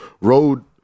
road